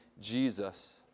Jesus